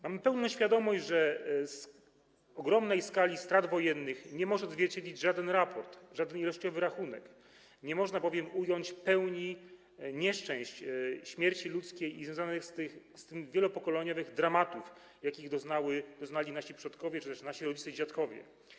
Mamy pełną świadomość, że ogromnej skali strat wojennych nie może odzwierciedlić żaden raport, żaden ilościowy rachunek, nie można bowiem ująć pełni nieszczęść, śmierci ludzkiej i związanych z tym wielopokoleniowych dramatów, jakich doznali nasi przodkowie, nasi rodzice i dziadkowie.